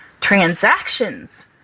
transactions